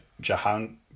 Jahan